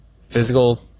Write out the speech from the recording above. Physical